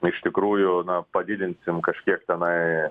iš tikrųjų na padidinsim kažkiek tenai